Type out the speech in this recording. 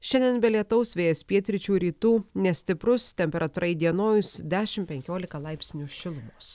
šiandien be lietaus vėjas pietryčių rytų nestiprus temperatūra įdienojus dešim penkiolika laipsnių šilumos